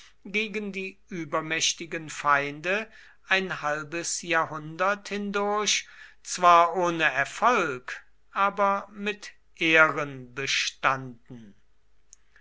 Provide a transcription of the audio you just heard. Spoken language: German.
gegen die übermächtigen feinde ein halbes jahrhundert hindurch zwar ohne erfolg aber mit